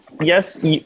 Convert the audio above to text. Yes